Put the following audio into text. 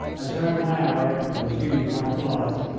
i turned my arab and resumed my flight.